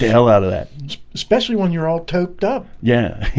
hell out of that especially when you're all toked up yeah